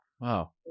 Wow